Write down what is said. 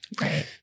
Right